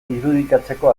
irudikatzeko